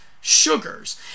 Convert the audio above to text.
sugars